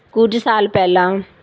ਕੁਝ ਸਾਲ ਪਹਿਲਾਂ